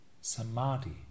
Samadhi